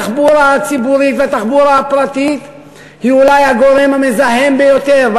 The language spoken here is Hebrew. התחבורה הציבורית והתחבורה הפרטית הן אולי הגורם המזהם ביותר,